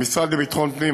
המשרד לביטחון הפנים,